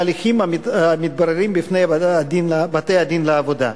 בהליכים המתבררים בפני בתי-הדין לעבודה.